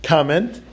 Comment